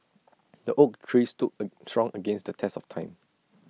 the oak tree stood strong against the test of time